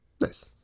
Nice